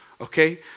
Okay